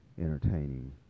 entertaining